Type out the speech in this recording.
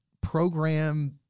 program